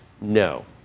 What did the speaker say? No